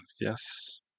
Yes